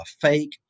fake